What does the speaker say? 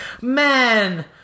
man